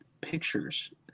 pictures